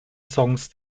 songs